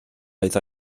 oedd